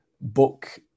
book